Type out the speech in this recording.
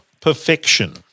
perfection